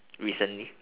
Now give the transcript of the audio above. recently